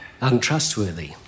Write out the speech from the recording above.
untrustworthy